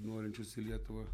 norinčius į lietuvą